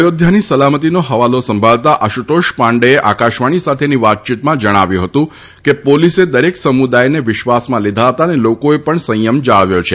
અયોધ્યાની સલામતીનો હવાલો સંભાળતા આશુતોષ પાંડેએ આકાશવાણી સાથેની વાતચીતમાં જણાવ્યું હતું કે પોલિસે દરેક સમુદાયને વિશ્વાસમાં લીધા હતા અને લોકોએ પણ સંયમ જાળવ્યો છે